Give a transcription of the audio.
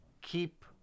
keep